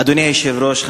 אדוני היושב-ראש,